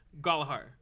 Galahar